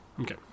Okay